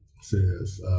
says